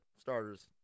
starters